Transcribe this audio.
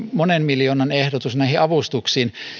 monen miljoonan ehdotuksesta näihin avustuksiin